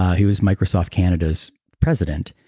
he was microsoft canada's president.